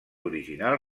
original